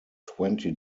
twenty